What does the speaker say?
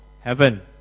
heaven